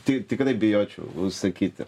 ti tikrai bijočiau sakyti